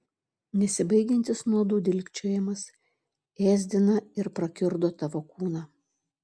nesibaigiantis nuodų dilgčiojimas ėsdina ir prakiurdo tavo kūną